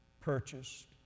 purchased